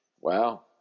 Wow